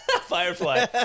Firefly